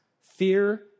fear